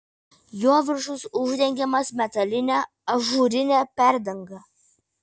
jo viršus uždengiamas metaline ažūrine perdanga